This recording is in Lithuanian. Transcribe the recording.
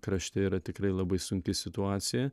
krašte yra tikrai labai sunki situacija